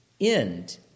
end